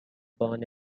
born